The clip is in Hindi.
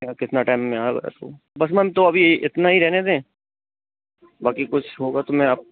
कि हाँ कितना टाइम में आ रहा है सो बस मैम तो अभी इतना ही रहने दें बाक़ी कुछ होगा तो मैं आपको